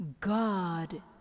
God